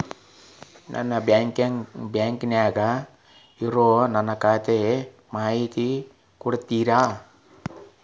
ನಿಮ್ಮ ಬ್ಯಾಂಕನ್ಯಾಗ ಇರೊ ನನ್ನ ಖಾತಾದ ಮಾಹಿತಿ ಕೊಡ್ತೇರಿ?